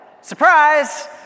Surprise